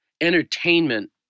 entertainment